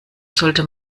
sollte